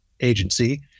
agency